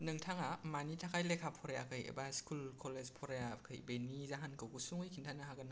नोंथाङा मानि थाखाय लेखा फरायाखै बा स्कुल कलेज फरायाखै बेनि जाहोनखौ गुसुङै खिन्थानो हागोन नामा